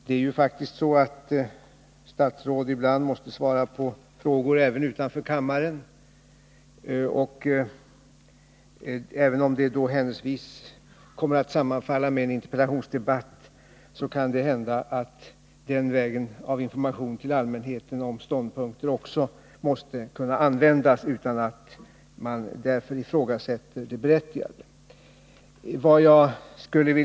Det är faktiskt så att statsråd ibland måste svara på frågor också utanför kammaren, och även om sådana intervjuer händelsevis kommer att sammanfalla med en interpellationsdebatt måste den vägen till information till allmänheten om ståndpunkter också kunna användas utan att det berättigade däri ifrågasätts.